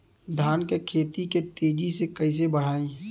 धान क खेती के तेजी से कइसे बढ़ाई?